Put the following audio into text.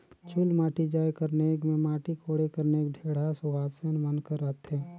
चुलमाटी जाए कर नेग मे माटी कोड़े कर नेग ढेढ़ा सुवासेन मन कर रहथे